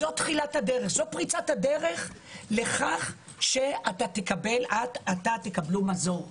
זאת תחילת הדרך, זאת פריצת הדרך לכך שתקבלו מזור.